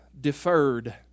Deferred